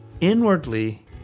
inwardly